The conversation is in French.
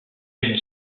une